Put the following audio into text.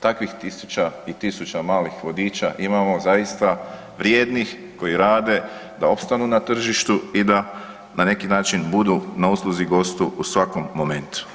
takvih tisuća i tisuća malih vodiča imamo zaista vrijednih koji rade da opstanu na tržištu i da na neki način budu na usluzi gostu u svakom momentu.